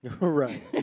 Right